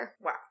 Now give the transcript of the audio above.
Wow